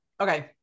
Okay